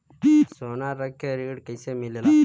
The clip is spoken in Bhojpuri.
सोना रख के ऋण कैसे मिलेला?